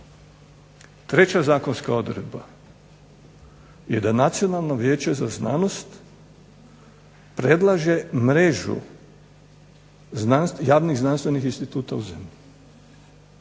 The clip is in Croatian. Treća zakonska odredba je da Nacionalno vijeće za znanost predlaže mrežu javnih znanstvenih instituta u zemlji.